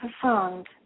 profound